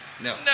No